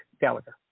Gallagher